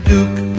Duke